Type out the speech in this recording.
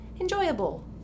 enjoyable